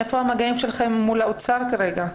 איפה המגעים שלכם מול האוצר כרגע?